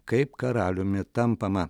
kaip karaliumi tampama